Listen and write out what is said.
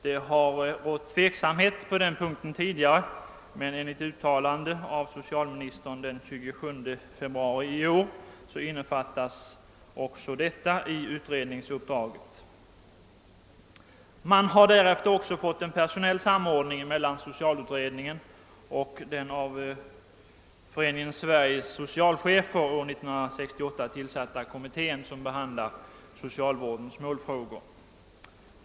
Det har rått tveksamhet på den punkten tidigare, men enligt uttalande av socialministern den 27 februari i år innefattas också detta i utredningsuppdraget. Man har därefter också fått en personell samordning mellan socialutredningen och den av Föreningen Sveriges socialchefer år 1968 tillsatta kommittén, som behandlar socialvårdens målfrågor.